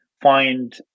find